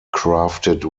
crafted